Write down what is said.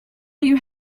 you